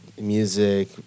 music